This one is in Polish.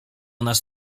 nas